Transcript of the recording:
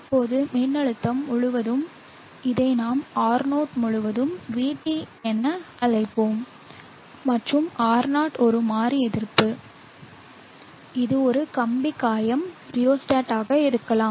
இப்போது மின்னழுத்தம் முழுவதும் இதை நாம் R0 முழுவதும் VT என அழைப்போம் மற்றும் R0 ஒரு மாறி எதிர்ப்பு இது ஒரு கம்பி காயம் ரியோஸ்டாட் ஆக இருக்கலாம்